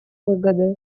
выгоды